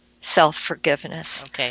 self-forgiveness